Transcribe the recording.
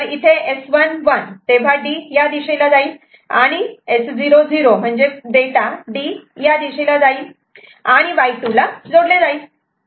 तर इथे S1 1 तेव्हा D या दिशेला जाईल आणि S0 0 म्हणजेच डेटा D हे या दिशेला जाईन आणि Y2 ला जोडले जाईल